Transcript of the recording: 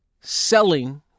selling